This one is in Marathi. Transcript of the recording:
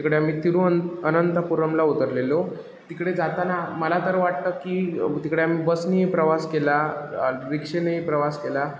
तिकडे आम्ही तिरूवनंतपुरमला उतरलेलो तिकडे जाताना मला तर वाटतं की तिकडे आम्ही बसने प्रवास केला रिक्षेने प्रवास केला